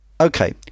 Okay